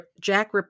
Jack